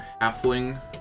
halfling